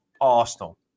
Arsenal